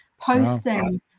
posting